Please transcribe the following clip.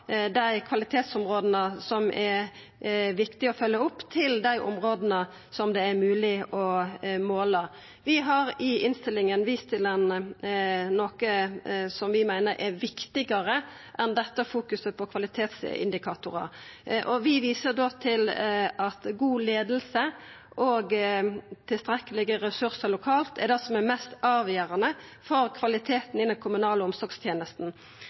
områda der det er mogleg å måla. Vi har i innstillinga vist til noko som vi meiner er viktigare enn denne fokuseringa på kvalitetsindikatorar. Vi viser til at «god ledelse og tilstrekkelige ressurser lokalt er det mest avgjørende for kvaliteten